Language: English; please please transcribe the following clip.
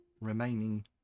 remaining